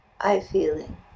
I-feeling